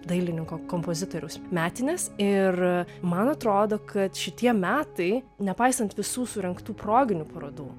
dailininko kompozitoriaus metines ir man atrodo kad šitie metai nepaisant visų surengtų proginių parodų